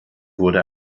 wurde